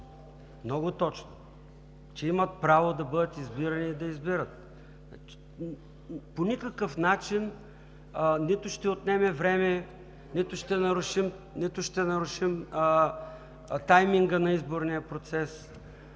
в чл. 41, че имат право да бъдат избирани и да избират. По никакъв начин нито ще отнеме време, нито ще нарушим тайминга на изборния процес,